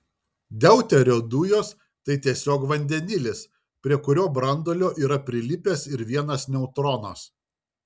deuterio dujos tai tiesiog vandenilis prie kurio branduolio yra prilipęs ir vienas neutronas